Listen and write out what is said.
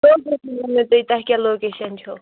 تُہۍ تۄہہِ کیٛاہ لوکیشَن چھو